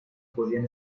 podían